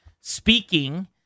speaking